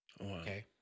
okay